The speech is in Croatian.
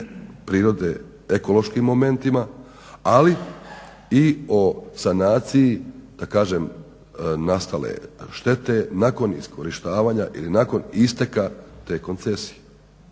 prirode, ekološkim momentima, ali i o sanaciji da kažem nastale štete nakon iskorištavanja ili nakon isteka te koncesije.